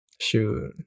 shoot